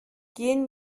gehen